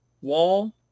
wall